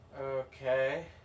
Okay